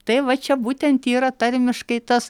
tai va čia būtent yra tarmiškai tas